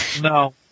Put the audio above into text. No